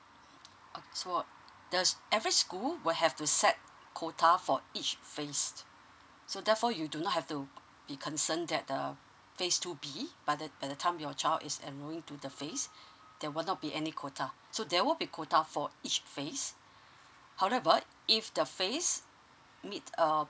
oh so the every school will have to set quota for each phase so therefore you do not have to be concerned that the phase two B by the by the time your child is enrolling to the phase there will not be any quota so there will be quota for each phase however if the phase meet err